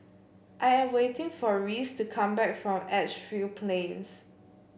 I am waiting for Reese to come back from Edgefield Plains